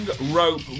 Rope